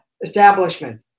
establishment